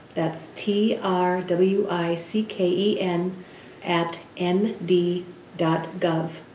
that's t r w i c k e n at n d dot gov.